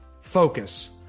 focus